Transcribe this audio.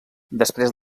després